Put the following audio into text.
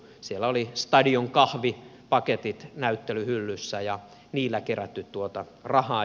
siellä oli stadion kahvipaketit näyttelyhyllyssä ja niillä kerätty tuota rahaa